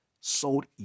sold